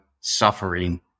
suffering